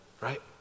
Right